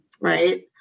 Right